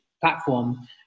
platform